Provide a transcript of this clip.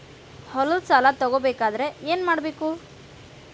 ಹೊಲದ ಸಾಲ ತಗೋಬೇಕಾದ್ರೆ ಏನ್ಮಾಡಬೇಕು?